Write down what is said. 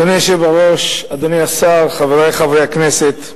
אדוני היושב בראש, אדוני השר, חברי חברי הכנסת,